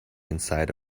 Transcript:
inside